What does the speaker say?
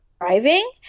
driving